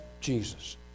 Jesus